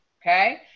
okay